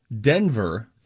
Denver